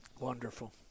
Wonderful